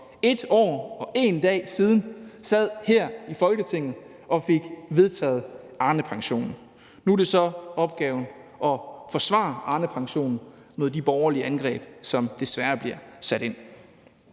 1 år og 1 dag siden sad her i Folketinget og fik vedtaget Arnepensionen. Nu er det så opgaven at forsvare Arnepensionen mod de borgerlige angreb, som desværre bliver sat ind.